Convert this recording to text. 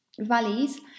valleys